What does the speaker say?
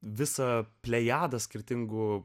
visą plejadą skirtingų